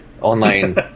Online